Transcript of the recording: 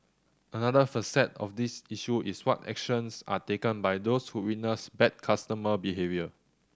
another facet of this issue is what actions are taken by those who witness bad customer behaviour